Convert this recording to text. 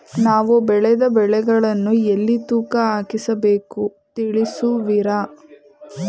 ನಾವು ಬೆಳೆದ ಬೆಳೆಗಳನ್ನು ಎಲ್ಲಿ ತೂಕ ಹಾಕಿಸಬೇಕು ತಿಳಿಸುವಿರಾ?